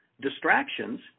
Distractions